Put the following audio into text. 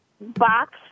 box